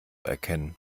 erkennen